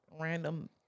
random